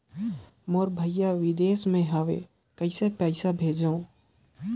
मोर भाई विदेश मे हवे कइसे पईसा भेजो?